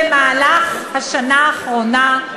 במהלך השנה האחרונה,